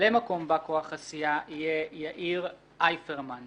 וממלא-מקום בא-כוח הסיעה יהיה יאיר אייפרמן.